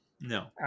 No